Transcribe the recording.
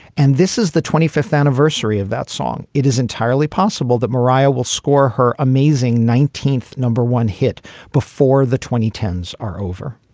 and this is the twenty fifth anniversary of that song. it is entirely possible that mariah will score her amazing nineteenth number one hit before the twenty ten s are over.